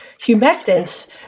humectants